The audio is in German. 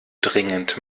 dringend